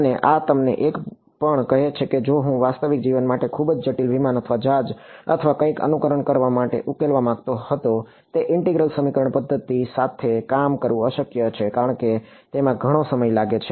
અને આ તમને એ પણ કહે છે કે જો હું વાસ્તવિક જીવન માટે ખૂબ જ જટિલ વિમાન અથવા જહાજ અથવા કંઈક અનુકરણ કરવા અને ઉકેલવા માંગતો હતો તો ઈન્ટિગરલ સમીકરણ પદ્ધતિઓ સાથે કામ કરવું અશક્ય છે કારણ કે તેમાં ઘણો સમય લાગે છે